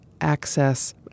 access